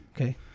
Okay